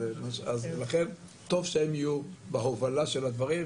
לכן טוב שהם יהיו בהובלה של הדברים,